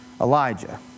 Elijah